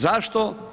Zašto?